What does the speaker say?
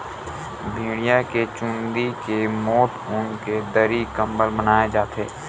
भेड़िया के चूंदी के मोठ ऊन के दरी, कंबल बनाए जाथे